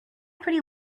pretty